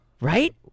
Right